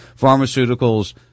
Pharmaceuticals